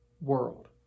world